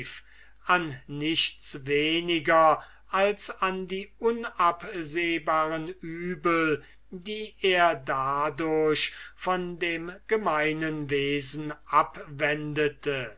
an nichts weniger als an die unabsehbaren übel die er dadurch von dem gemeinen wesen abwendete